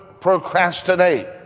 procrastinate